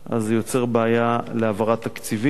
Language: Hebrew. זה יוצר בעיה להעברה תקציבית.